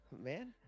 Man